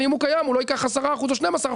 ואם הוא קיים הוא לא ייקח 10% או 12%,